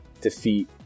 defeat